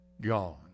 gone